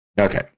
Okay